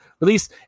release